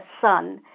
son